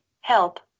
help